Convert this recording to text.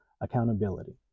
accountability